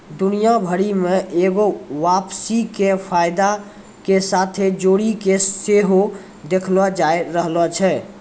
दुनिया भरि मे एगो वापसी के फायदा के साथे जोड़ि के सेहो देखलो जाय रहलो छै